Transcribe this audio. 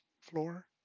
floor